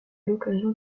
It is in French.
l’occasion